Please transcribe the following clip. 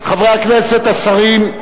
חברי הכנסת, השרים.